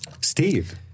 Steve